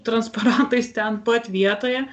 transparantais ten pat vietoje